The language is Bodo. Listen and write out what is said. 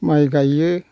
माइ गाइयो